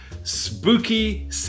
Spooky